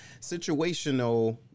situational